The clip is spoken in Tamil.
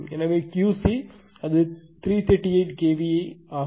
எனவே QC அது 338 kV ஆகும்